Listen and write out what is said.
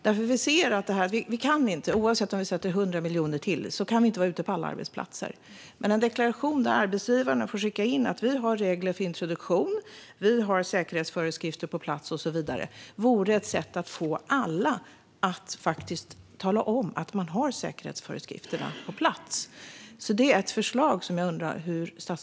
Oavsett om man tillsätter ytterligare 100 miljoner eller inte kan vi inte vara ute på alla arbetsplatser. Men en deklaration som arbetsgivarna får skicka in om att de har regler för introduktion, säkerhetsföreskrifter på plats och så vidare vore ett sätt att få alla att tala om att de har sådant på plats. Jag undrar hur statsrådet ser på detta förslag.